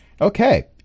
okay